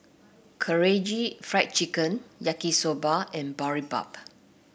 Karaage Fried Chicken Yaki Soba and Boribap